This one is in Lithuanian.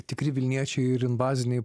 tikri vilniečiai ir invaziniai